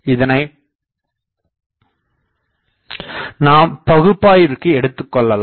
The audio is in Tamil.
இதனை நாம் பகுப்பாய்விற்கு எடுத்துக்கொள்ளாம்